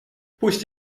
пусть